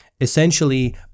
essentially